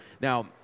Now